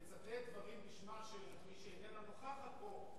לצטט דברים בשמה של מי שאיננה נוכחת פה,